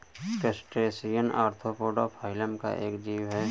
crustacean arthropoda phylum का एक जीव है